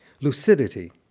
Lucidity